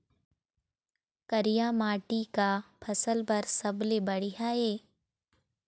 करिया माटी का फसल बर सबले बढ़िया ये?